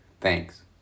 Thanks